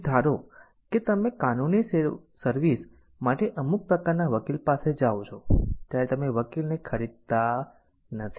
પછી ધારો કે તમે કાનૂની સર્વિસ માટે અમુક પ્રકારના વકીલ પાસે જાવ છો ત્યારે તમે વકીલ ને ખરીદતા નથી